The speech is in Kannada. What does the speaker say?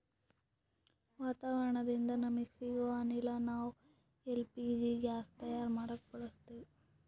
ವಾತಾವರಣದಿಂದ ನಮಗ ಸಿಗೊ ಅನಿಲ ನಾವ್ ಎಲ್ ಪಿ ಜಿ ಗ್ಯಾಸ್ ತಯಾರ್ ಮಾಡಕ್ ಬಳಸತ್ತೀವಿ